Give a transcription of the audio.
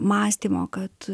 mąstymo kad